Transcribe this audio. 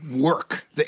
work